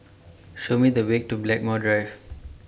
Show Me The Way to Blackmore Drive